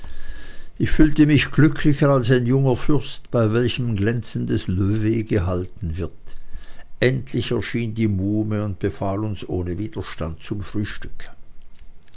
ich fühlte mich glücklicher als ein junger fürst bei welchem glänzendes lever gehalten wird endlich erschien die muhme und befahl uns ohne widerstand zum frühstück